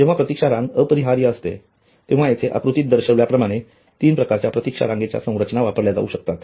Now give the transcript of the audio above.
जेव्हा प्रतीक्षा रांग अपरिहार्य असते तेव्हा येथे आकृतीमध्ये दर्शविल्याप्रमाणे तीन प्रकारच्या प्रतीक्षा रांगेच्या संरचना वापरल्या जाऊ शकतात